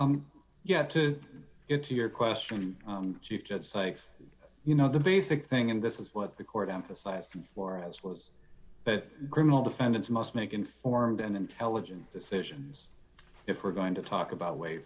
have to get to your question sykes you know the basic thing and this is what the court emphasised for us was that criminal defendants must make informed and intelligent decisions if we're going to talk about wa